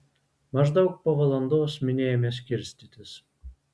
maždaug po valandos minia ėmė skirstytis